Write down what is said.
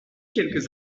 quelques